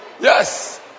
Yes